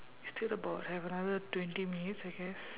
we still about have another twenty minutes I guess